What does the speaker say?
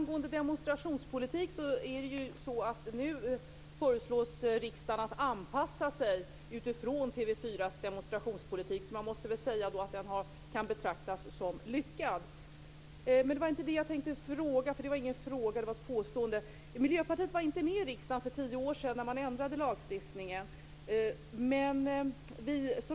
Fru talman! Nu föreslås riksdagen anpassa sig utifrån TV 4:s demonstrationspolitik. Den kan då betraktas som lyckad. Det var ingen fråga. Det var ett påstående. Miljöpartiet var inte med i riksdagen för tio år sedan när lagstiftningen ändrades.